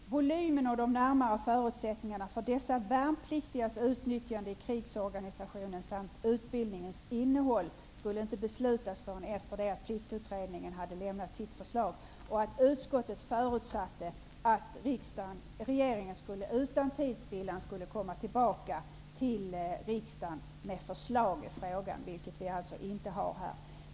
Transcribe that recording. Herr talman! Utskottet begärde att volymen och de närmare förutsättningarna för dessa värnpliktigas utnyttjande i krigsorganisationen samt utbildningens innehåll inte skulle beslutas förrän Utskottet förutsatte att regeringen utan tidspillan skulle komma tillbaka till riksdagen med förslag i frågan, vilket alltså inte har skett.